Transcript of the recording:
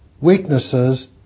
weaknesses